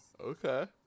Okay